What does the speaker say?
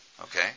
Okay